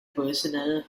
personnel